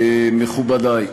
מכובדי,